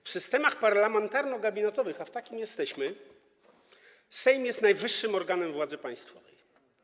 W systemach parlamentarno-gabinetowych, a w takim jesteśmy, sejm jest najwyższym organem władzy państwowej.